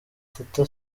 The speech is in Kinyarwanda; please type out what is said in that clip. teta